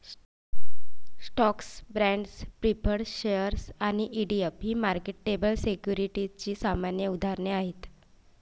stocks, bonds, preferred shares आणि ETF ही marketable सिक्युरिटीजची सामान्य उदाहरणे आहेत